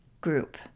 group